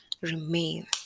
remain